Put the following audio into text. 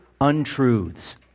untruths